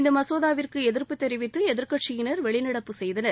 இந்த மசோதாவிற்கு எதிர்ப்பு தெரிவித்து எதிர்கட்சியினர் வெளிநடப்பு செய்தனர்